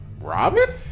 Robin